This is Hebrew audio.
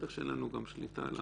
בטח שאין לנו גם שליטה על